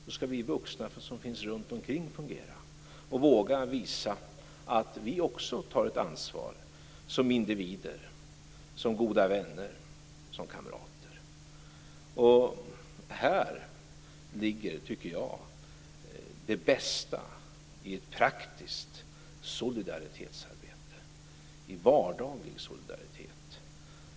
Då skall vi vuxna som finns runt omkring fungera och våga visa att vi också tar ett ansvar, som individer, som goda vänner och kamrater. Här ligger, tycker jag, det bästa i ett praktiskt solidaritetsarbete, i vardaglig solidaritet.